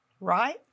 right